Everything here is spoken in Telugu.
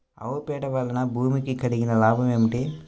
ఆవు పేడ వలన భూమికి కలిగిన లాభం ఏమిటి?